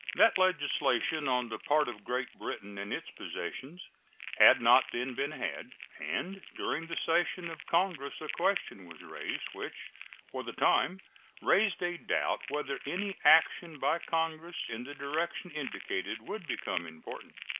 that legislation on the part of great britain and its possessions had not then been had, and during the session of congress a question was raised which for the time raised a doubt whether any action by congress in the direction indicated would become important.